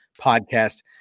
Podcast